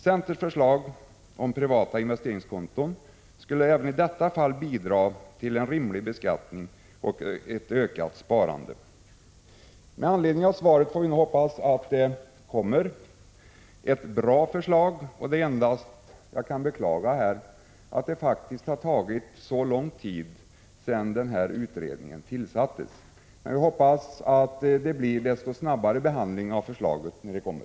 Centerns förslag om privata investeringskonton skulle även i detta fall bidra till en rimlig beskattning och ett ökat sparande. Med anledning av svaret får vi nu hoppas att det kommer ett bra förslag, och det enda jag beklagar är att det faktiskt har tagit så lång tid att få fram ett förslag efter det att utredningen tillsattes. Min förhoppning är emellertid att det blir en desto snabbare behandling av förslaget när det kommer.